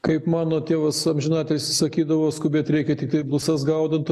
kaip mano tėvas amžiną atilsį sakydavo skubėt reikia tiktai blusas gaudant